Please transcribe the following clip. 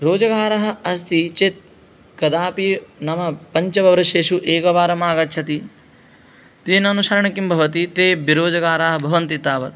रोजगारः अस्ति चेत् कदापि नाम पञ्चवर्षेषु एकवारम् आगच्छति तेनानुसारेण किं भवति ते विरोजगाराः भवन्ति तावत्